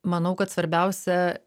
manau kad svarbiausia